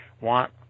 want